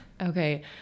Okay